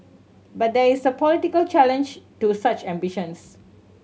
but there is a political challenge to such ambitions